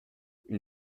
une